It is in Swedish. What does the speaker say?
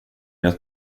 jag